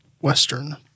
Western